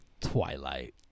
Twilight